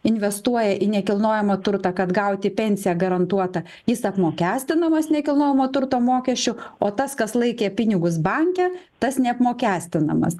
investuoja į nekilnojamą turtą kad gauti pensiją garantuotą jis apmokestinamas nekilnojamo turto mokesčiu o tas kas laikė pinigus banke tas neapmokestinamas